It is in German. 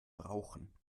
brauchen